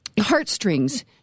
heartstrings